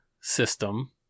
system